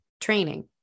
training